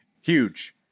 huge